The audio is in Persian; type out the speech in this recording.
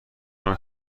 کنم